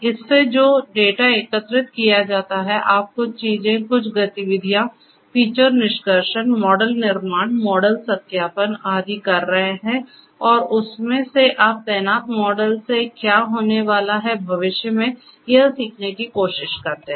इससे जो डेटा एकत्र किया जाता है आप कुछ चीजें कुछ गतिविधियां फीचर निष्कर्षण मॉडल निर्माण मॉडल सत्यापन आदि कर रहे हैं और उसमें से आप तैनात मॉडल से क्या होने वाला है भविष्य में यह सीखने की कोशिश करते हैं